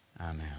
Amen